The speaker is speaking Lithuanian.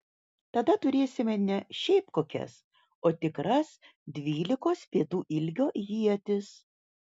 tada turėsime ne šiaip kokias o tikras dvylikos pėdų ilgio ietis